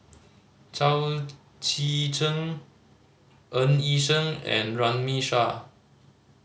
Chao Tzee Cheng Ng Yi Sheng and Runme Shaw